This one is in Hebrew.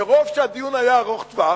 מרוב שהדיון היה ארוך טווח,